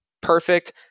Perfect